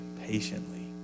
patiently